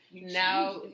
now